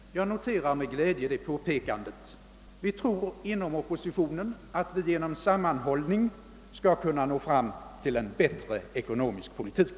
Jag noterar med glädje detta påpekande. Vi tror inom oppositionen att vi genom sammanhållning skall kunna nå fram till en bättre ekonomisk politik.